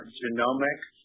genomics